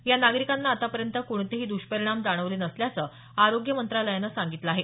या नागरिकांना आतापर्यंत कोणतेही दष्परिणाम जाणवले नसल्याचं आरोग्य मंत्रालयानं सांगितलं आहे